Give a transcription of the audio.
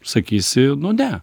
sakysi nu ne